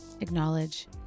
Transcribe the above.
acknowledge